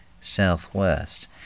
Southwest